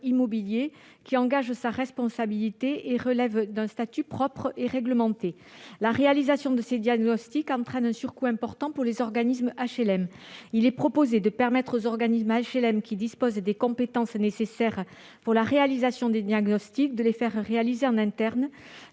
qui engage sa responsabilité et relève d'un statut propre et réglementé. La réalisation de ces diagnostics entraîne un surcoût important pour les organismes HLM. C'est pourquoi l'amendement n° 1600 vise à autoriser les organismes HLM qui disposent des compétences nécessaires pour effectuer ces diagnostics à les faire réaliser en interne.